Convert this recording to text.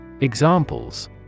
Examples